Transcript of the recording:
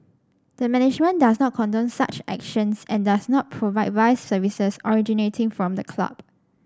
the management does not condone such actions and does not provide vice services originating from the club